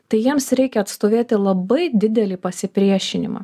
tai jiems reikia atstovėti labai didelį pasipriešinimą